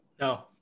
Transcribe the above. no